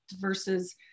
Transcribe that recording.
versus